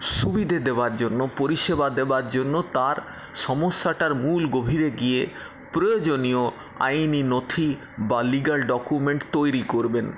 সুবিধা দেওয়ার জন্য পরিষেবা দেওয়ার জন্য তার সমস্যাটার মূল গভীরে গিয়ে প্রয়োজনীয় আইনি নথি বা লিগাল ডকুমেন্ট তৈরী করবেন